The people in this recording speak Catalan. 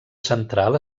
central